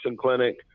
clinic